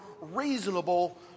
reasonable